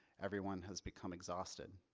everyone has become exhausted.